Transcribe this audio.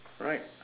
right